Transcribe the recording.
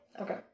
Okay